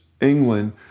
England